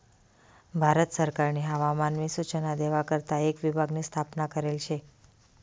भारत सरकारनी हवामान नी सूचना देवा करता एक विभाग नी स्थापना करेल शे